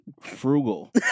Frugal